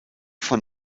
von